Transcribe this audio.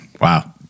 wow